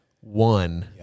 one